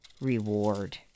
reward